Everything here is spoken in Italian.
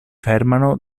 fermano